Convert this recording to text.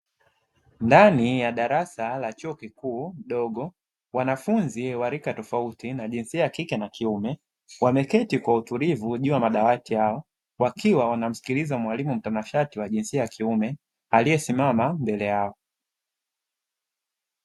Ndani ya darasa la chuo kikuu dogo, wanafunzi wa rika tofauti wa jinsia ya kike na kiume wameketi kwa utulivu juu ya madawati yao. Wakiwa wanamsikiliza mwalimu mtanashati wa jinsia ya kiume aliyesimama mbele yao.